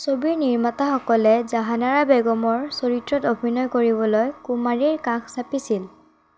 ছবিৰ নিৰ্মাতাসকলে জাহান আৰা বেগমৰ চৰিত্ৰত অভিনয় কৰিবলৈ কুমাৰীৰ কাষ চাপিছিল